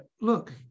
Look